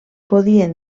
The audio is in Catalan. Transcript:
podien